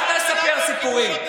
אל תספר לי סיפורים.